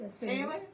Taylor